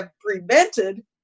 prevented